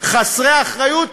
חסרי אחריות.